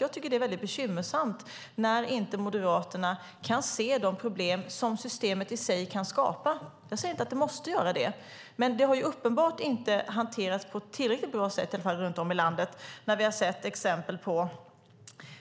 Jag tycker att det är väldigt bekymmersamt när Moderaterna inte ser de problem som systemet i sig kan skapa. Jag säger inte att det måste göra det, men det har uppenbarligen inte hanterats på ett tillräckligt bra sätt runt om i landet. Vi har sett exempel på att